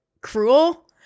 cruel